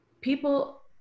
People